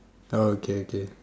oh okay okay